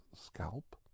scalp